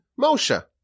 Moshe